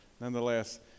nonetheless